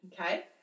Okay